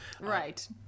right